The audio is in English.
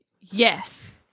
Yes